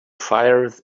fires